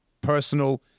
personal